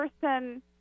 person